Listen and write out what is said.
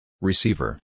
Receiver